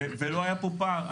ולא היה פה פער.